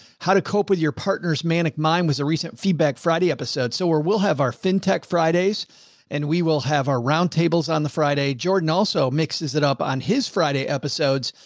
how to cope with your partner's manic. mine was a recent feedback friday episode. so we're, we'll have our fintech fridays and we will have our round tables on the friday. jordan also mixes it up on his friday episodes.